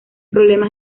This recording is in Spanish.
problema